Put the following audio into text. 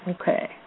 Okay